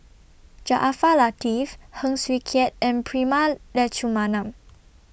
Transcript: Jaafar Latiff Heng Swee Keat and Prema Letchumanan